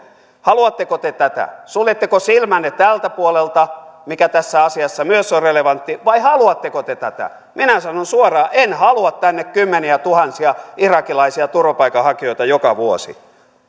haluatteko te tätä suljetteko silmänne tältä puolelta mikä tässä asiassa myös on relevantti vai haluatteko te tätä minä sanon suoraan en halua tänne kymmeniätuhansia irakilaisia turvapaikanhakijoita joka vuosi